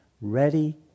ready